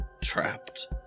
trapped